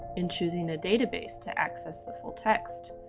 in choosing a database to access the full text,